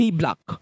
block